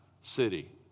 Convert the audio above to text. city